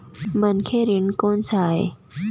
मनखे ऋण कोन स आय?